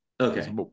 okay